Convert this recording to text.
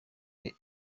the